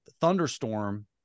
thunderstorm